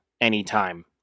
anytime